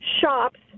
shops